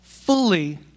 Fully